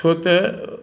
छो त